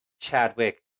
chadwick